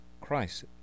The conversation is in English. Christ